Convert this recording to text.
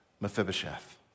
Mephibosheth